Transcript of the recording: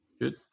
Good